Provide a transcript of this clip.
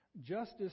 Justice